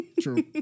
True